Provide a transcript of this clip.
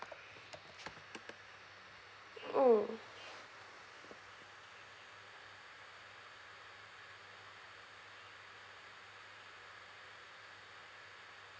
mm